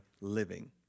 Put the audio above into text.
living